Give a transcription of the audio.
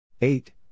eight